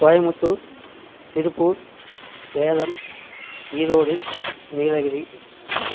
Coimbatore Tiruppur Salem Erode Nilgiri